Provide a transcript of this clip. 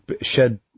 shed